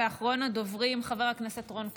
אחרון הדוברים, חבר הכנסת רון כץ.